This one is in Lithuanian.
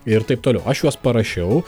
ir taip toliau aš juos parašiau